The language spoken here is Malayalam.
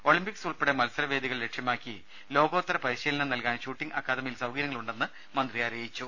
ഒളിംപിക്സ് ഉൾപ്പെടെ മത്സര വേദികൾ ലക്ഷ്യ മാക്കി ലോകോത്തര പരിശീലനം നൽകാൻ ഷൂട്ടിംഗ് അക്കാദമിയിൽ സൌകര്യങ്ങളുണ്ടെന്ന് മന്ത്രി പറഞ്ഞു